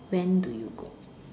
when do you go